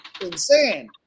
insane